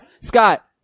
Scott